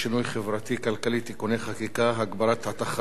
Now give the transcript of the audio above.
חברתי-כלכלי (תיקוני חקיקה) (הגברת התחרות),